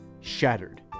Shattered